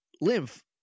lymph